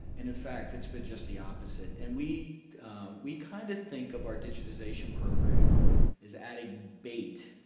in in fact, it's been just the opposite. and we we kind of think of our digitization program as adding bait,